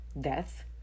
death